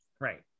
right